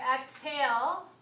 exhale